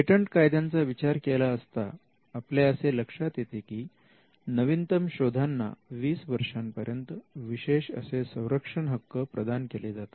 patent कायद्यांचा विचार केला असता आपल्या असे लक्षात येते की नवीनतम शोधांना वीस वर्षांपर्यंत विशेष असे संरक्षण हक्क प्रदान केले जातात